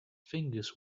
fingers